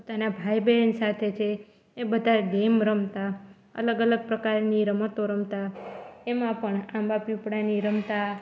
પોતાનાં ભાઈ બહેન સાથે છે એ બધા ગેમ રમતાં અલગ અલગ પ્રકારની રમતો રમતાં એમાં પણ આંબા પીપળાની રમત રમતાં